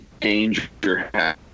Danger